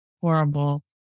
horrible